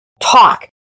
talk